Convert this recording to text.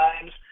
times